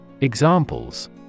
Examples